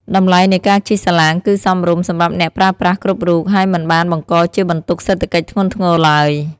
តម្លៃនៃការជិះសាឡាងគឺសមរម្យសម្រាប់អ្នកប្រើប្រាស់គ្រប់រូបហើយមិនបានបង្កជាបន្ទុកសេដ្ឋកិច្ចធ្ងន់ធ្ងរឡើយ។